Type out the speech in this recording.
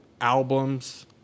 albums